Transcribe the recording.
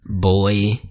Boy